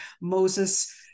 Moses